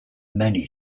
many